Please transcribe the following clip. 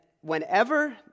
whenever